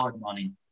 money